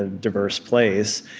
ah diverse place.